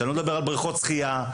שלא נדבר על בריכות שחייה.